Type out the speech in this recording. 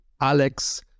alex